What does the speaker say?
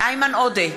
איימן עודה,